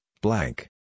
blank